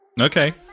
Okay